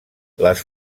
les